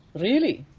really?